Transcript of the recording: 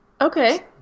Okay